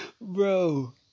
Bro